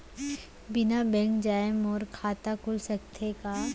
बिना बैंक जाए मोर खाता खुल सकथे का?